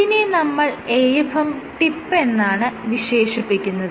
ഇതിനെ നമ്മൾ AFM ടിപ്പെന്നാണ് വിശേഷിപ്പിക്കുന്നത്